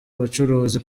abacuruzi